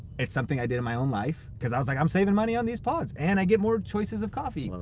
it's something i did in my own life. cause i was like i'm saving money on these pods, and i get more choices of coffee.